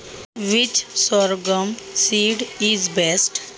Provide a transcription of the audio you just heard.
ज्वारीचे कोणते बी चांगले असते?